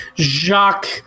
Jacques